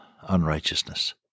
unrighteousness